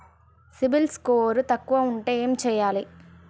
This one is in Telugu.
సిబిల్ స్కోరు తక్కువ ఉంటే ఏం చేయాలి?